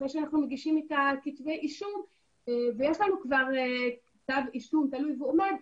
אחרי שאנחנו מגישים את כתבי האישום ויש לנו כבר כתב אישום תלוי ועומד,